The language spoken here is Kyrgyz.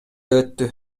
өттү